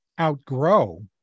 outgrow